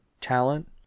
talent